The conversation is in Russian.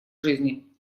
жизни